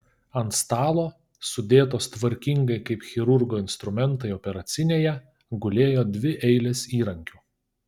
ant stalo sudėtos tvarkingai kaip chirurgo instrumentai operacinėje gulėjo dvi eilės įrankių